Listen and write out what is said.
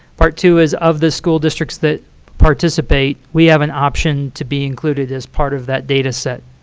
part two is, of the school districts that participate, we have an option to be included as part of that data set.